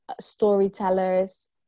storytellers